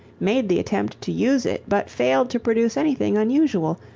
made the attempt to use it but failed to produce anything unusual,